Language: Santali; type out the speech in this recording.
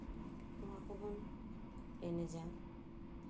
ᱱᱚᱣᱟ ᱠᱚ ᱵᱚᱱ ᱮᱱᱮᱡᱟ